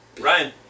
Ryan